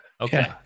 Okay